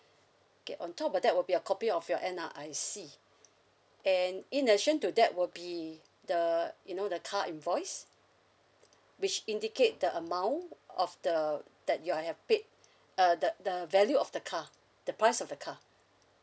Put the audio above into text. okay on top of that will be a copy of your N_R_I_C and in addition to that will be the you know the car invoice which indicate the amount of the that your have paid uh the the value of the car the price of the car